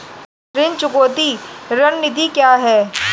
ऋण चुकौती रणनीति क्या है?